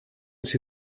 sie